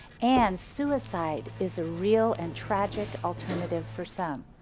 and suicide is a real and tragic alternative for some.